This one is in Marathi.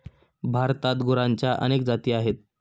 भारतात गुरांच्या अनेक जाती आहेत